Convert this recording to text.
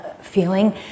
feeling